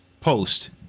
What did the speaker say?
post